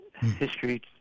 history